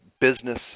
business